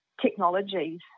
technologies